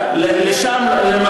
אומר: ראשי מועצות של הפזורה הבדואית.